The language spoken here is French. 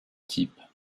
type